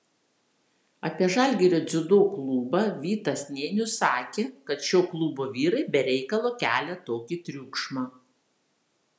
apie žalgirio dziudo klubą vytas nėnius sakė kad šio klubo vyrai be reikalo kelia tokį triukšmą